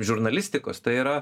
žurnalistikos tai yra